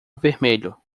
vermelho